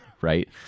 right